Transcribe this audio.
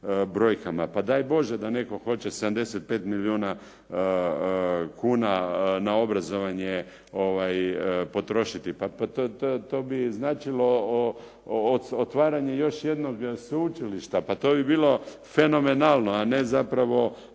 brojkama. Pa daj Bože da netko hoće 75 milijuna kuna na obrazovanje potrošiti, pa to bi značilo otvaranje još jednog sveučilišta, pa to bi bilo fenomenalno a ne zapravo